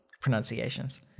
pronunciations